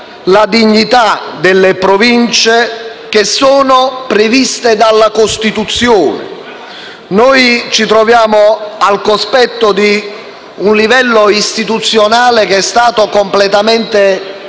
la dignità delle Province previste dalla Costituzione: ci troviamo al cospetto di un livello istituzionale che è stato completamente distrutto,